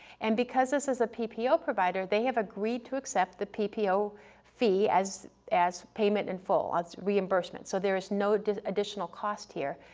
and because this is a ppo provider they have agreed to accept the ppo fee as as payment in full, as reimbursement, so there is no additional cost here,